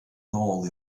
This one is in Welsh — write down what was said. nôl